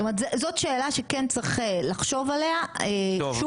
זאת אומרת זאת שאלה שכן צריך לחשוב עליה שוב,